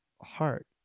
heart